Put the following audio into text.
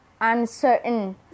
uncertain